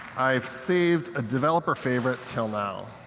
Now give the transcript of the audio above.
i've saved a developer favorite until now.